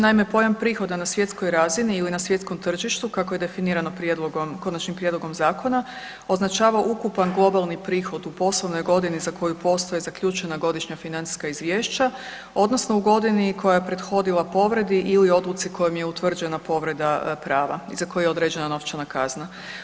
Naime, pojam prihoda na svjetskoj razini ili na svjetskom tržištu, kako je definirano prijedlogom, Konačnim prijedlogom zakona, označava ukupan globalni prihod u poslovnoj godini za koju postoje zaključena godišnja financijska izvješća, odnosno u godini koja je prethodila povredi ili odluci kojom je utvrđena povreda prava za koje je određena novčana kazna.